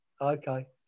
Okay